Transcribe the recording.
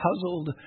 puzzled